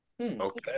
Okay